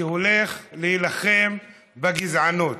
שהולך להילחם בגזענות,